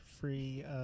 free